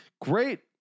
Great